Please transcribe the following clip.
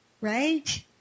Right